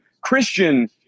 Christian